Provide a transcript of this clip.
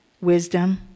wisdom